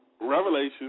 Revelation